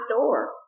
door